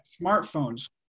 smartphones